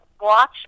watch